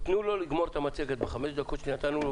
תנו לו לגמור את המצגת בחמש הדקות שנתנו לו.